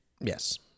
Yes